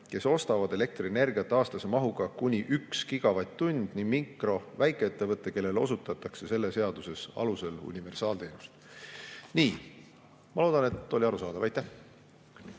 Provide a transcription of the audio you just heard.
kes ostavad elektrienergiat aastase mahuga kuni 1 gigavatt-tund, ning nii mikro‑ kui ka väikeettevõte, kellele osutatakse selle seaduse alusel universaalteenust. Nii. Ma loodan, et oli arusaadav. Aitäh!